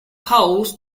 poles